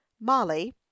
Molly